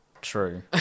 True